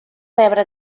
rebre